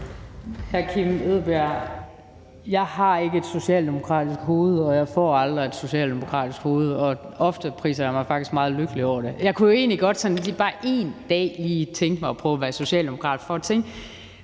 jeg har ikke et socialdemokratisk hoved, og jeg får aldrig et socialdemokratisk hoved, og oftest priser jeg mig faktisk meget lykkelig over det. Jeg kunne jo egentlig godt tænke mig bare én dag at prøve at være